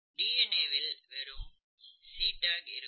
DNA வில் வெறும் CTAG இருக்கும்